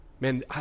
man